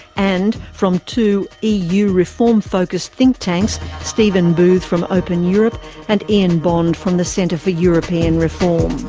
and, from two eu reform-focused think tanks, stephen booth from open europe and ian bond from the centre for european reform.